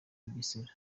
bugesera